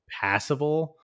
passable